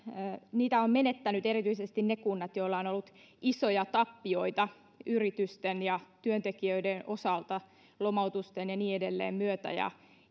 yhteisöverotuloja ovat menettäneet erityisesti ne kunnat joilla on ollut isoja tappioita yritysten ja työntekijöiden osalta lomautusten myötä ja niin edelleen ja